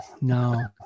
no